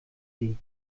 sie